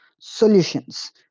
solutions